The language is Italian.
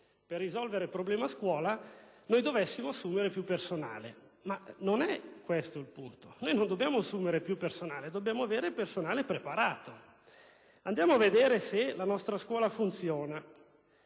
per risolvere il problema scuola si dovesse assumere più personale. Ma non è questo il punto: non dobbiamo assumere più personale, ma avere personale preparato. Andiamo dunque a verificare se la nostra scuola funziona.